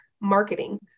marketing